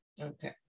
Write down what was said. Okay